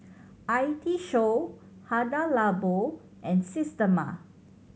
I T Show Hada Labo and Systema